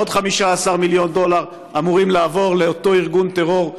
עוד 15 מיליון דולר אמורים לעבור לאותו ארגון טרור,